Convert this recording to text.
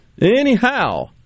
Anyhow